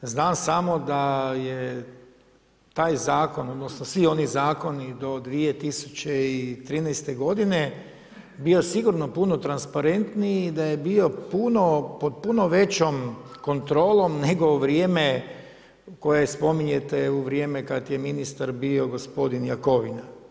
Znam samo da je taj zakon, odnosno svi oni zakoni do 2013. godine bio sigurno puno transparentniji i da je bio pod puno većom kontrolom nego u vrijeme koje spominjete u vrijeme kad je ministar bio gospodin Jakovina.